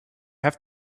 have